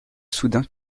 soudain